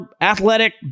athletic